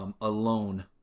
Alone